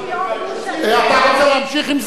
אתה רוצה להמשיך עם זה?